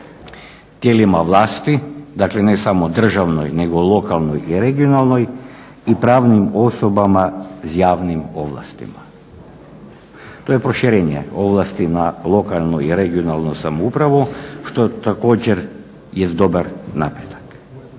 tijelima vlasti, dakle ne samo državno nego lokalnoj i regionalnoj i pravnim osobama s javnim ovlastima. To je proširenje ovlasti na lokalnu i regionalnu samoupravu što također jest dobar napredak.